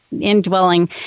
indwelling